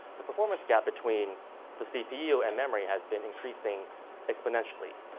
the performance gap between the cpu and memory has been increasing exponentially.